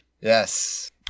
Yes